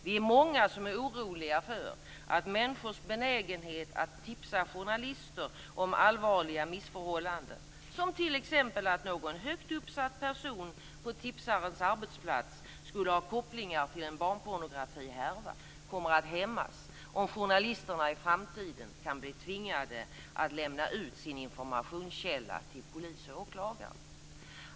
Vi är många som är oroliga för att människors benägenhet att tipsa journalister om allvarliga missförhållanden, t.ex. att någon högt uppsatt person på tipsarens arbetsplats skulle ha kopplingar till en barnpornografihärva, kommer att hämmas om journalisterna i framtiden kan bli tvingade att lämna ut sin informationskälla till polis och åklagare.